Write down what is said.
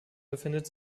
befindet